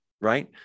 right